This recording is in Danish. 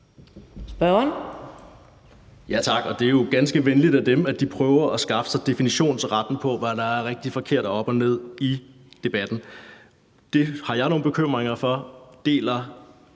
(LA): Tak. Ja, og det er jo ganske venligt af dem, at de prøver at skaffe sig definitionsretten til, hvad der er rigtigt og forkert og op og ned i debatten. Det har jeg nogle bekymringer i forhold